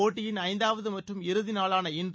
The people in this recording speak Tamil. போட்டியின் ஐந்தாவது மற்றும் இறுதி நாளான இன்று